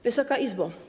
Wysoka Izbo!